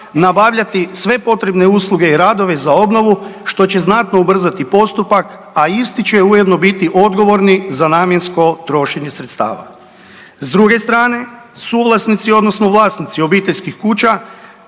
nabavljati sve potrebne usluge i radove za obnovu, što će znatno ubrzati postupak, a isti će ujedno biti odgovorni za namjensko trošenje sredstava. S druge strane, suvlasnici odnosno vlasnici obiteljskih kuća